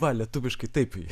va lietuviškai taip